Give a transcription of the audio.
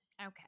Okay